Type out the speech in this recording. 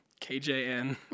KJN